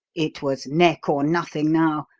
it was neck or nothing now,